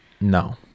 No